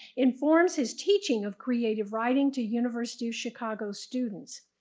informs his teaching of creative writing to university of chicago students.